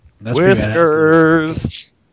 Whiskers